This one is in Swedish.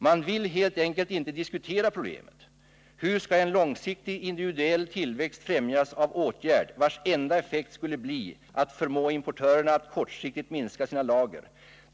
Man vill helt enkelt inte diskutera problemet. Hur skall en långsiktig individuell tillväxt främjas av en åtgärd, vars enda effekt skulle bli att förmå importörerna att kortsiktigt minska sina lager?